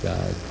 God